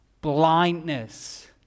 blindness